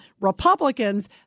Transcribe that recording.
Republicans